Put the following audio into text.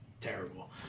terrible